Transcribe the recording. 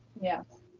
yes.